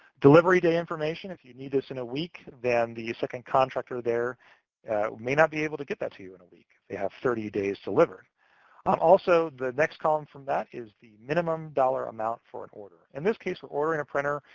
delivery day information. if you need this in a week, then the second contractor there may not be able to get that to you, and if they have thirty days to deliver ah it. also, the next column from that is the minimum-dollar amount for an order. in this case, we're ordering a printer.